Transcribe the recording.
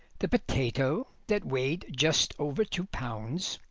the potato that weighed just over two pounds,